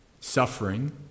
suffering